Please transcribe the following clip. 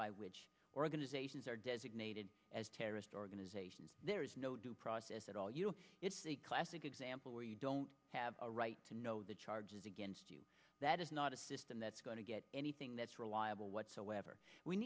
by which organizations are designated as terrorist organizations there is no due process at all you it's a classic example where you don't have a right to know the charges against you that is not a system that's going to get anything that's reliable whatsoever we